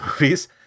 movies